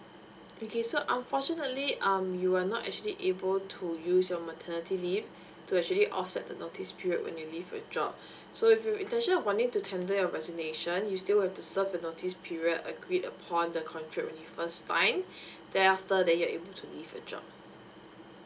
okay so unfortunately um you are not actually able to use your maternity leave to actually offset the notice period when you leave a job so if you intention of wanting to tender your resignation you still have to serve the notice period agreed upon the contract when you first sign thereafter that you're able to leave a job